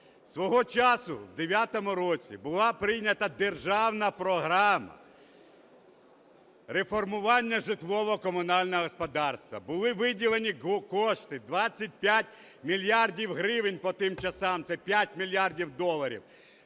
Свого часу, в 2009 році, була прийнята державна програма реформування житлово-комунального господарства. Були виділені кошти – 25 мільярдів гривень по тим часам, це 5 мільярдів доларів.